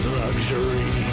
luxury